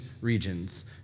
regions